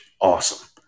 Awesome